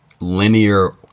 linear